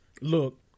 Look